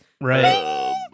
Right